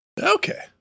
Okay